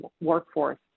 workforce